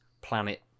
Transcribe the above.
planet